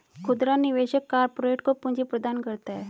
खुदरा निवेशक कारपोरेट को पूंजी प्रदान करता है